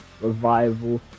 revival